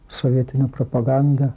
sovietine propaganda